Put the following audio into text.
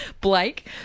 blake